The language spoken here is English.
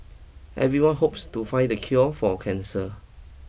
everyone hopes to find the cure for cancer